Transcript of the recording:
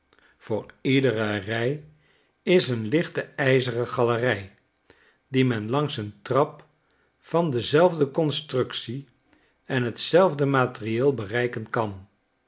voor iedere rij is een hchte ijzeren galerij die men langs een trap van dezelfde constructie en t zelfde materieel berei ken kan